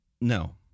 No